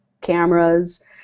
cameras